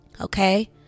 okay